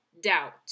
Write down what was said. Doubt